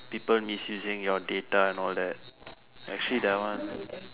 people misusing your data and all that actually that one